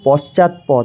পশ্চাৎপদ